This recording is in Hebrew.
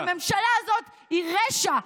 כי הממשלה הזאת היא רשע.